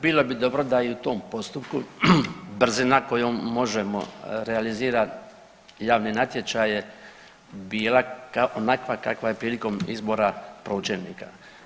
Bilo bi dobro da i u tom postupku brzina kojom možemo realizirati javne natječaje bila onakva kakva je prilikom izbora pročelnika.